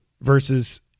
Versus